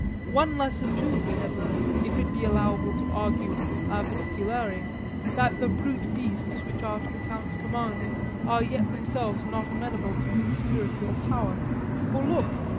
one lesson, too, we have learned, if it be allowable to argue a particulari that the brute beasts which are to the count's command are yet themselves not amenable to his spiritual power for look,